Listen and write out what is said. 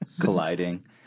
colliding